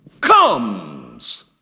comes